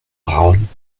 braun